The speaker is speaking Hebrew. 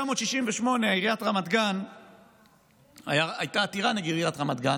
ב-1988 הייתה עתירה נגד עיריית רמת גן,